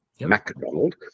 McDonald